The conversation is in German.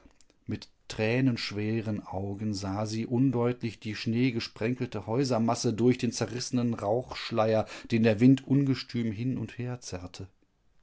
mit tränenschweren augen sah sie undeutlich die schneegesprenkelte häusermasse durch den zerrissenen rauchschleier den der wind ungestüm hin und her zerrte